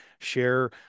share